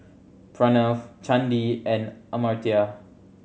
Pranav Chandi and Amartya